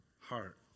heart